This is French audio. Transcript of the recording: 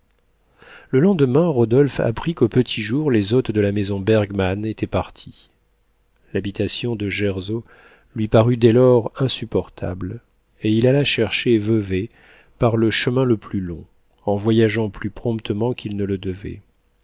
le lendemain rodolphe apprit qu'au petit jour les hôtes de la maison bergmann étaient partis l'habitation de gersau lui parut dès lors insupportable et il alla chercher vevay par le chemin le plus long en voyageant plus promptement qu'il ne le devait